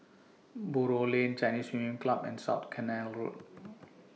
Buroh Lane Chinese Swimming Club and South Canal Road